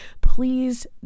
please